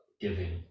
giving